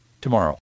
tomorrow